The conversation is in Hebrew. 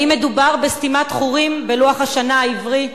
האם מדובר בסתימת חורים בלוח השנה העברי?